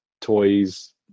toys